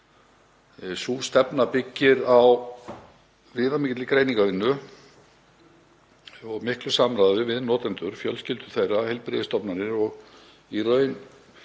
Sú stefna byggir á viðamikilli greiningarvinnu og miklu samráði við notendur, fjölskyldur þeirra og heilbrigðisstofnanir og í raun